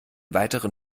weiteren